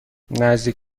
نزدیک